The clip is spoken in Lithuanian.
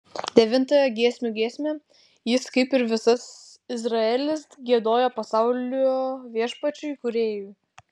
devintąją giesmių giesmę jis kaip ir visas izraelis giedojo pasaulio viešpačiui kūrėjui